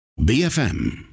BFM